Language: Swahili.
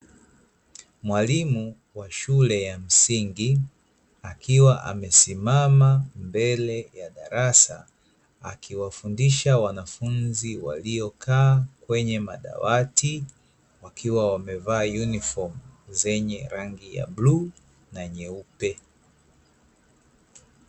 Mwalimu wa shule ya msingi, akiwa amesimama mbele ya darasa, akiwafundisha wanafunzi waliokaa kwenye madawati, wakiwa wamevaa yunifomu zenye rangi ya bluu na nyeupe.